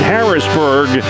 Harrisburg